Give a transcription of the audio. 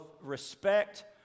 respect